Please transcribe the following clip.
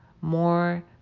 more